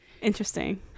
Interesting